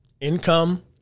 income